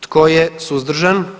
Tko je suzdržan?